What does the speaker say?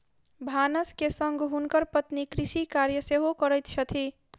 भानस के संग हुनकर पत्नी कृषि कार्य सेहो करैत छथि